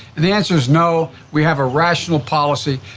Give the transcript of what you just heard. and the answer is no, we have a rational policy.